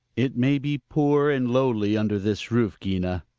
it may be poor and lowly under this roof, gina,